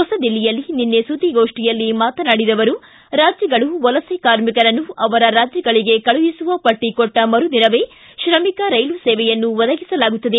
ಹೊಸದಿಲ್ಲಿಯಲ್ಲಿ ನಿನ್ನೆ ಸುದ್ದಿಗೋಷ್ಠಿಯಲ್ಲಿ ಮಾತನಾಡಿದ ಅವರು ರಾಜ್ಯಗಳು ವಲಸೆ ಕಾರ್ಮಿಕರನ್ನು ಅವರ ರಾಜ್ಯಗಳಿಗೆ ಕಳುಹಿಸುವ ಪಟ್ಟ ಕೊಟ್ಟ ಮರು ದಿನವೇ ತ್ರಮಿಕ ರೈಲು ಸೇವೆಯನ್ನು ಒದಗಿಸಲಾಗುತ್ತದೆ